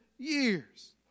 years